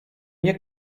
nie